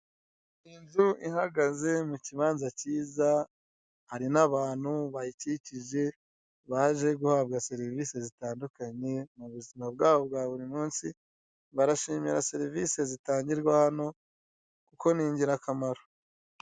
Inzu ihagaze mu kibanza cyiza, hari n'abantu bayikikije baje guhabwa serivisi zitandukanye, barashimira serivisi zitandukanye mubuzima bwabo bwa burimunsi barashimira serivisi zitangirwa hano kuko ni ingirakamaro.